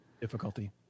Difficulty